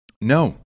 No